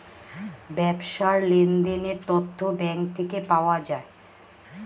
ব্যবসার লেনদেনের তথ্য ব্যাঙ্ক থেকে পাওয়া যায়